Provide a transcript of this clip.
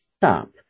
stop